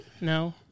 No